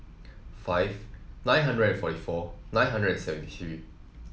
five nine hundred and forty four nine hundred and seven three